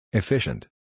efficient